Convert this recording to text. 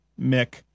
Mick